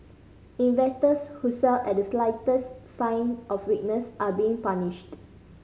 investors who sell at the slightest sign of weakness are being punished